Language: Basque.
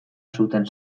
zuten